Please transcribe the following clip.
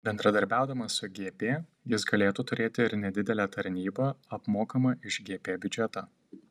bendradarbiaudamas su gp jis galėtų turėti ir nedidelę tarnybą apmokamą iš gp biudžeto